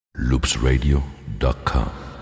loopsradio.com